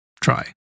try